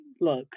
look